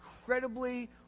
incredibly